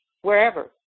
wherever